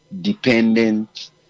dependent